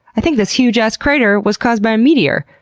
i think this huge-ass crater was caused by a meteor!